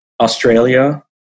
Australia